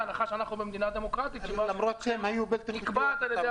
בהנחה שאנחנו במדינה דמוקרטית שנקבעת על ידי המחוקק.